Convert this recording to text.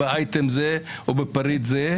או בפריט זה.